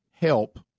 help